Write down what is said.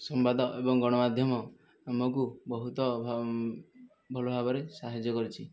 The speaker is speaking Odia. ସମ୍ବାଦ ଏବଂ ଗଣମାଧ୍ୟମ ଆମକୁ ବହୁତ ଭଲ ଭାବରେ ସାହାଯ୍ୟ କରୁଛି